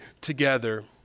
together